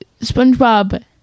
Spongebob